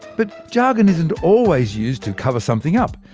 but jargon isn't always used to cover something up.